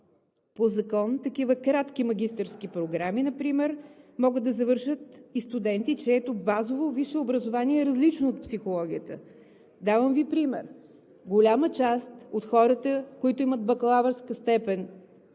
По закон такива кратки магистърски програми например могат да завършат и студенти, чието базово висше образование е различно от психологията. Давам Ви пример: голяма част от хората, които имат бакалавърска степен